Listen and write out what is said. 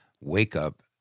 wake-up